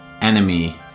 enemy